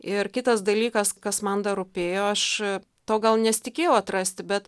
ir kitas dalykas kas man dar rūpėjo aš to gal nesitikėjau atrasti bet